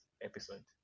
episode